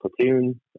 platoon